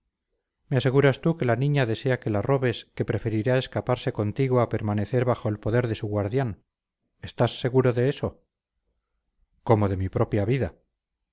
me aseguras tú que la niña desea que la robes que preferirá escaparse contigo a permanecer bajo el poder de su guardián estás seguro de eso como de mi propia vida